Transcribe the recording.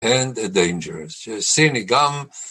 אנד הדנג'יריס יו סי מי קאם